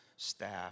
staff